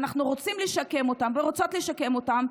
ואנחנו רוצים לשקם אותם ורוצות לשקם אותם.